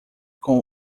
com